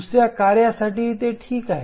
दुसर्या कार्यासाठीही ते ठीक आहे